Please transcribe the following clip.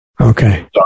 Okay